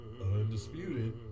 undisputed